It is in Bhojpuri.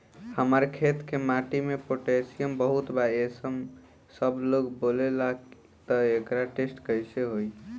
हमार खेत के माटी मे पोटासियम बहुत बा ऐसन सबलोग बोलेला त एकर टेस्ट कैसे होई?